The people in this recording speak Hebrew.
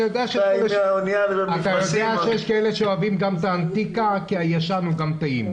אתה יודע שיש מי שאוהבים גם את האנטיקה כי הישן הוא גם טעים.